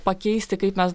pakeisti kaip mes